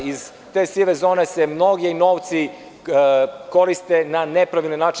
Iz te sive zone se mnogi novci koriste na nepravilan način.